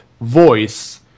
voice